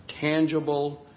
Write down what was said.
tangible